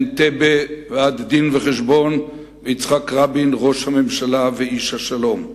מאנטבה ועד "דין וחשבון" ויצחק רבין ראש הממשלה ואיש השלום,